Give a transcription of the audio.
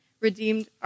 redeemed